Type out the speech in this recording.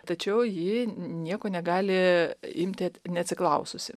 tačiau ji nieko negali imti neatsiklaususi